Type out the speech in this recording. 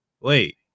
wait